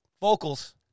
vocals